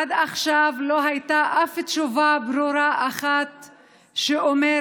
עד עכשיו לא הייתה אף תשובה ברורה אחת שאומרת,